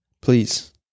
please